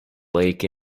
lake